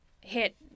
hit